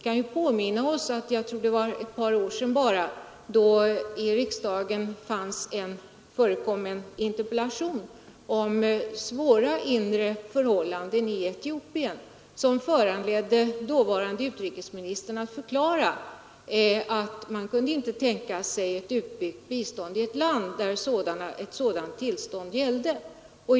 Jag tror att det bara var ett par år sedan det i riksdagen väcktes en interpellation om de svåra inre förhållandena i Etiopien, som föranledde dåvarande utrikesministern att förklara att man inte kunde tänka sig ett utbyggt bistånd i ett land där ett sådant tillstånd rådde.